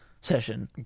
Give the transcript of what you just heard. session